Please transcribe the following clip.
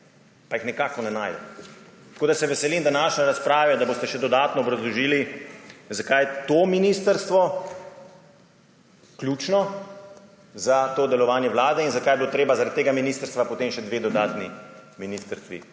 pa jih nikakor ne najdem. Tako da se veselim današnje razprave, da boste še dodatno obrazložili, zakaj je to ministrstvo ključno za to delovanje Vlade in zakaj je bilo treba zaradi tega ministrstva potem še dve dodatni ministrstvi